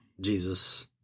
Jesus